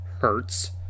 hurts